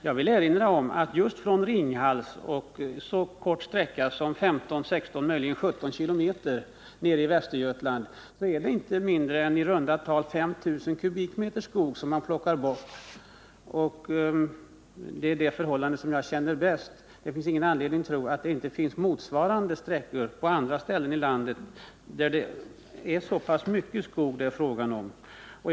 Jag vill erinra om att just från Ringhals, och på en så kort sträcka som ca 15 kilometer nere i Västergötland, är det inte mindre än i runda tal 5 000 kubikmeter skog som man plockar bort. Det är det förhållandet som jag känner bäst till, men det finns ingen anledning tro att det inte skulle finnas motsvarande sträckor på andra ställen i landet och att det då är fråga om lika mycket skog.